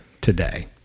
today